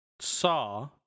saw